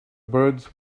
birds